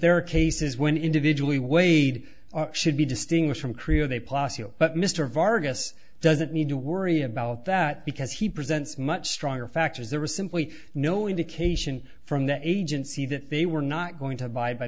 there are cases when individually wade should be distinguished from korea they possible but mr vargas doesn't need to worry about that because he presents much stronger factors that were simply no indication from the agency that they were not going to abide by